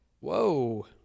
Whoa